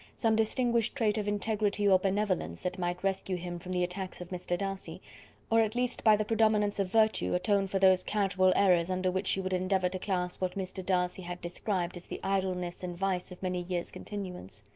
some distinguished trait of integrity or benevolence, that might rescue him from the attacks of mr. darcy or at least, by the predominance of virtue, atone for those casual errors under which she would endeavour to class what mr. darcy had described as the idleness and vice of many years' continuance.